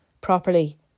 properly